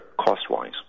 cost-wise